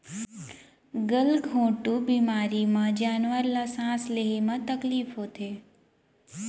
गल घोंटू बेमारी म जानवर ल सांस लेहे म तकलीफ होथे